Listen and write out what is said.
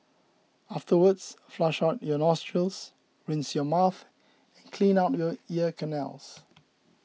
afterwards flush on your nostrils rinse your mouth and clean out your ear canals